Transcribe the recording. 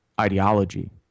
ideology